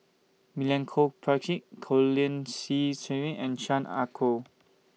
Milenko Prvacki Colin Qi Zhe Quan and Chan Ah Kow